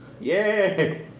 Yay